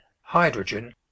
hydrogen